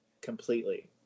completely